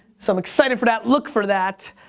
so i'm excited for that, look for that.